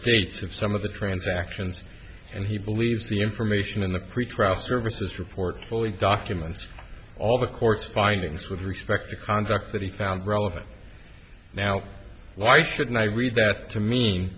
dates of some of the transactions and he believes the information in the pretrial services report fully documents all the court's findings with respect to conduct that he found relevant now why shouldn't i read that to me